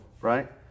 right